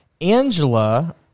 Angela